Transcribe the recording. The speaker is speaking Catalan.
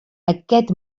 aquest